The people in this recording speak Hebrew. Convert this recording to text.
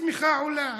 הצמיחה עולה,